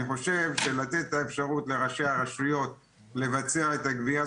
לתת את האפשרות לראשי הרשויות לבצע את הגבייה,